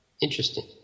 Interesting